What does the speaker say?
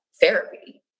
therapy